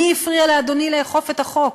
מי הפריע לאדוני לאכוף את החוק?